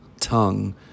tongue